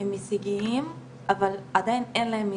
הישגיים אבל עדיין אין להם הישג,